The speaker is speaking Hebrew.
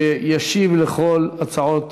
שישיב על כל ההצעות